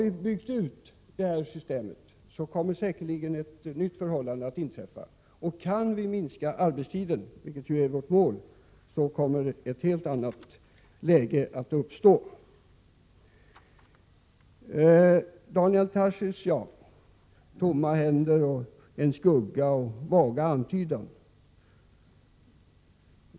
När vi har byggt ut systemet kommer säkerligen ett nytt förhållande att föreligga, och kan vi minska arbetstiden — vilket ju är vårt mål —- kommer ett helt annat läge att uppstå. Daniel Tarschys talar om tomma händer, om en skugga av ett förslag och om vaga antydanden.